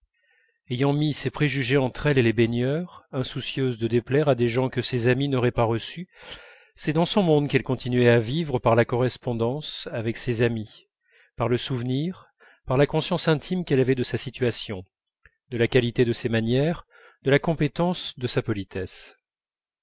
ayant mis ses préjugés entre elle et les baigneurs insoucieuse de déplaire à des gens que ses amies n'auraient pas reçus c'est dans son monde qu'elle continuait à vivre par la correspondance avec ses amies par le souvenir par la conscience intime qu'elle avait de sa situation de la qualité de ses manières de la compétence de sa politesse